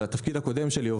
בתפקיד הקודם שלי,